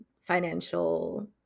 financial